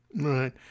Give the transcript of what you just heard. Right